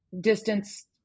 distance